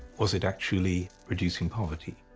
was it actually reducing poverty.